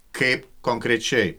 kaip konkrečiai